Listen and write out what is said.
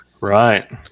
right